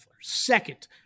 second